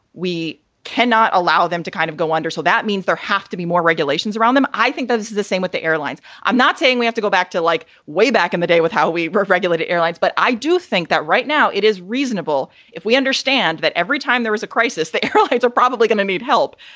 we cannot allow them to kind of go under. so that means there have to be more regulations around them. i think that is is the same with the airlines. i'm not saying we have to go back to like way back in the day with how we regulated airlines. but i do think that right now it is reasonable if we understand that every time there is a crisis, the airlines are probably going to need help.